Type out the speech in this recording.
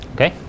Okay